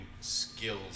skills